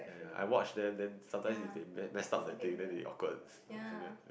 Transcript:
ya I watch them then sometimes it's they mess the thing then they awkward something like